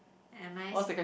am I